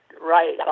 right